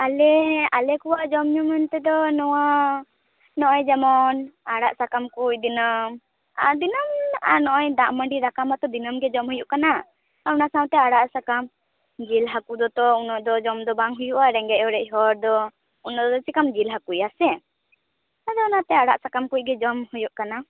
ᱟᱞᱮ ᱟᱞᱮᱠᱚᱣᱟᱜ ᱡᱚᱢ ᱧᱩ ᱢᱮᱱᱛᱮ ᱫᱚ ᱱᱚᱣᱟ ᱱᱚᱜᱼᱚᱭ ᱡᱮᱢᱚᱱ ᱟᱲᱟᱜ ᱥᱟᱠᱟᱢ ᱠᱳ ᱫᱤᱱᱟᱹᱢ ᱟᱰᱫᱤᱱᱟᱢ ᱟᱨ ᱱᱚᱜᱼᱚᱭ ᱫᱟᱜ ᱢᱟᱹᱰᱤ ᱫᱟᱠᱟ ᱢᱟᱛᱚ ᱫᱤᱱᱟᱹᱢᱜᱮ ᱡᱚᱢ ᱦᱩᱭᱩᱜ ᱠᱟᱱᱟ ᱛᱚ ᱚᱱᱟ ᱥᱟᱶᱛᱮ ᱟᱲᱟᱜ ᱥᱟᱠᱟᱢ ᱡᱤᱞ ᱦᱟᱠᱩ ᱫᱚ ᱩᱱᱟᱹ ᱫᱚ ᱡᱚᱢᱫᱚ ᱵᱟᱝ ᱦᱩᱭᱩᱜᱼᱟ ᱨᱮᱸᱜᱮᱡ ᱚᱲᱮᱡ ᱦᱚᱲᱫᱚ ᱩᱱᱟᱹᱫᱚ ᱪᱮᱠᱟᱢ ᱡᱤᱞ ᱦᱟᱹᱠᱩᱭᱟ ᱥᱮ ᱟᱫᱚ ᱚᱱᱟᱛᱮ ᱟᱲᱟᱜ ᱥᱟᱠᱟᱢ ᱠᱚᱜᱮ ᱡᱚᱢ ᱦᱩᱭᱩᱜ ᱠᱟᱱᱟ